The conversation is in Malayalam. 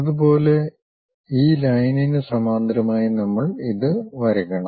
അതുപോലെ ഈ ലൈനിന് സമാന്തരമായി നമ്മൾ ഇത് വരയ്ക്കണം